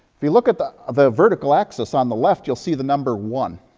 if you look at the ah the vertical axis on the left, you'll see the number one.